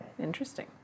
interesting